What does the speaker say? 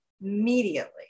immediately